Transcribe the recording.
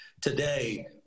Today